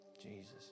Jesus